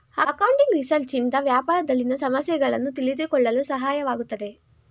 accounting research ಇಂದ ವ್ಯಾಪಾರದಲ್ಲಿನ ಸಮಸ್ಯೆಗಳನ್ನು ತಿಳಿದುಕೊಳ್ಳಲು ಸಹಾಯವಾಗುತ್ತದೆ